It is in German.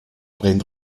brennt